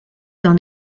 dans